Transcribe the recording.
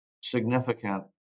significant